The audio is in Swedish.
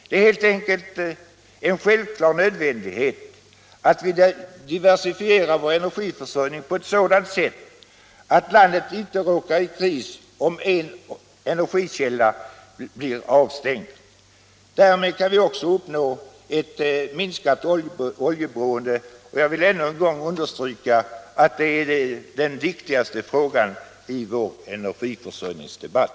Det är helt enkelt en självklar nödvändighet att vi diversifierar vår energiförsörjning på ett sådant sätt att landet inte råkar i kris om en energikälla blir avstängd. Därmed kan vi också uppnå ett minskat oljeberoende i vår energiförsörjning. Jag vill ännu en gång understryka att detta är den viktigaste frågan i vår energiförsörjningsdebatt.